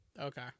okay